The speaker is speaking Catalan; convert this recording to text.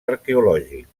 arqueològics